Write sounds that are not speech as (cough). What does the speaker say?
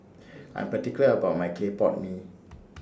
I'm particular about My Clay Pot Mee (noise)